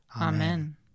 Amen